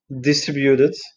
distributed